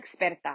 experta